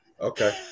Okay